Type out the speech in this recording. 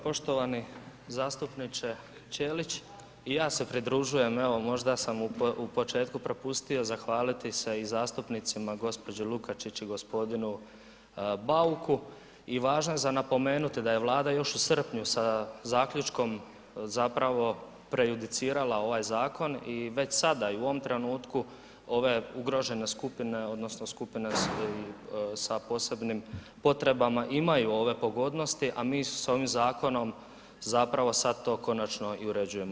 Poštovani zastupniče Ćelić, i ja se pridružujem, evo možda sam u početku propustio zahvaliti se i zastupnicima gđi. Lukačić i g. Bauku i važno je za napomenuti da je Vlada još u srpnju sa zaključkom zapravo prejudicirala ovaj zakon i već sada i u ovom trenutku ove ugrožene skupine odnosno skupine sa posebnim potrebama imaju ove pogodnosti a mi s ovim zakonom zapravo sad to konačno i uređujemo.